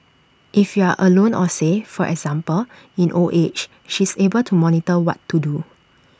if you are alone or say for example in old age she's able to monitor what to do